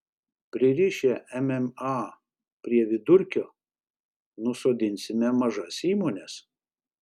pririšę mma prie vidurkio nusodinsime mažas įmones